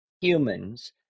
humans